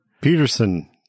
Peterson